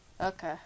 Okay